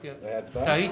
טעיתי.